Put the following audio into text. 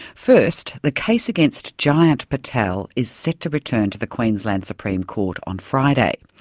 first, the case against jayant patel is set to return to the queensland supreme court on friday.